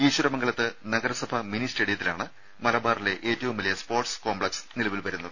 ഈശ്വരമംഗലത്ത് നഗരസഭാ മിനി സ്റ്റേഡിയത്തിലാണ് മലബാറിലെ ഏറ്റവും വലിയ സ്പോർട്സ് കോംപ്ലക്സ് നിലവിൽ വരുന്നത്